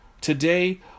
Today